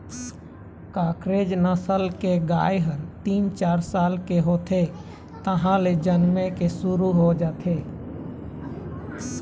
कांकरेज नसल के गाय ह तीन, चार साल के होथे तहाँले जनमे के शुरू हो जाथे